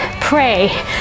pray